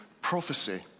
prophecy